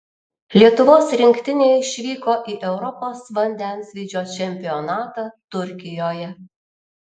lietuvos rinktinė išvyko į europos vandensvydžio čempionatą turkijoje